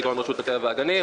כגון רשות הטבע והגנים,